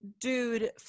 dude